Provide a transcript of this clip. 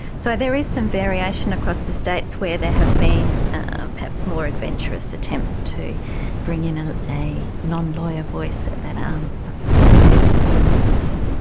so there is some variation across the states where there have been perhaps more adventurous attempts to bring in ah a non-lawyer voice at that um arm of the disciplinary system.